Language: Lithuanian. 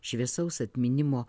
šviesaus atminimo